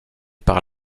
par